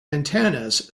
antennas